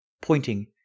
Pointing